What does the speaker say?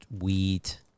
wheat